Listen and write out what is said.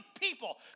people